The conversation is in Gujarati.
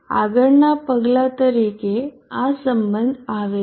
આગળના પગલા તરીકે આ સંબંધ આવે છે